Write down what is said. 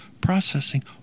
processing